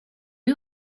you